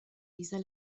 dieser